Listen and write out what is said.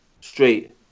straight